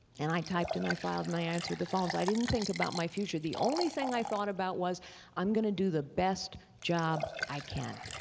and i typed and i filed and i answered the phones. i didn't think about my future. the only thing i thought about was i'm going to do the best job i can.